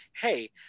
hey